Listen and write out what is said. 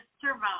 survive